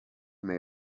may